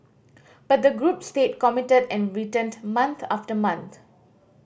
but the group stayed committed and returned month after month